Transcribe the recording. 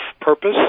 purpose